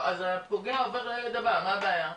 הפוגע עבר לילד הבא מה הבעיה?